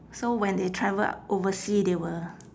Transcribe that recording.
so when they travel oversea they will